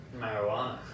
Marijuana